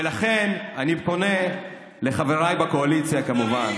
ולכן אני פונה לחבריי בקואליציה, כמובן,